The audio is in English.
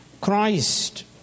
Christ